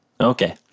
Okay